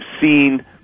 seen